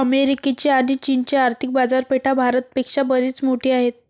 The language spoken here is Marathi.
अमेरिकेची आणी चीनची आर्थिक बाजारपेठा भारत पेक्षा बरीच मोठी आहेत